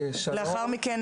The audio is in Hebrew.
לאחר מכן